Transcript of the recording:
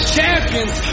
Champions